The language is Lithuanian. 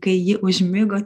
kai ji užmigo